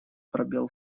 пробел